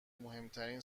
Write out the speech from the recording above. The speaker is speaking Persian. مهمترین